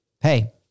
Hey